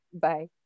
Bye